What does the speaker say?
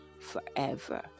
forever